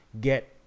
get